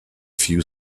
few